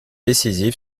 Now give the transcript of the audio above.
décisive